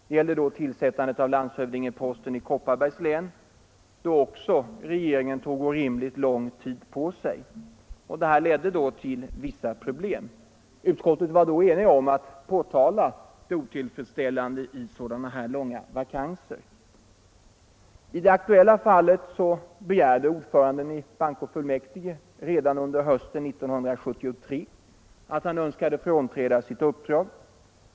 Det gällde då tillsättandet av landshövdingeposten i Kronobergs län, då regeringen också tog orimligt lång tid på sig. Detta ledde till vissa problem. Utskottet var i fjol enigt om att påtala det otillfredsställande i så långa vakanser. I det aktuella fallet meddelade ordföranden i bankofullmäktige redan under hösten 1973 att han önskade frånträda sitt uppdrag.